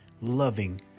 Loving